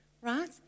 Right